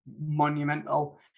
monumental